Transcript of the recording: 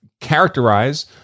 characterize